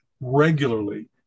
Regularly